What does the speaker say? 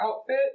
outfit